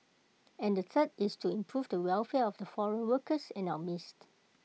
and the third is to improve the welfare of the foreign workers in our midst